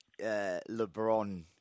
LeBron